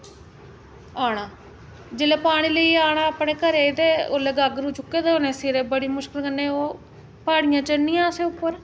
आना जेल्लै पानी लेइयै आना अपने घरै ई ते ओल्लै गागरू चुके दे होने सिरै बड़ी मुश्कलै कन्नै ओह् प्हाड़ियां चढ़नियां असें उप्पर